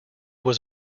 was